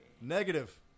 Negative